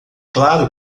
claro